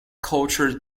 culture